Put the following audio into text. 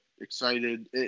excited